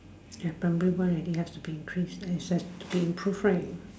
that primary one already have to be increased and assess to be improved right